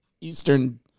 eastern